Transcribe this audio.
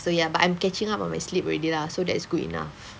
so ya but I'm catching up on my sleep already lah so that is good enough